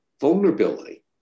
vulnerability